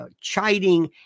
chiding